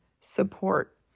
support